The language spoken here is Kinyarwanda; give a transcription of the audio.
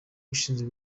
ushinzwe